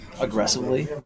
aggressively